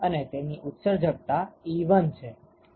અને તેની ઉત્સર્જકતા 𝜀1 છે